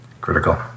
critical